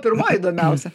pirmoj įdomiausia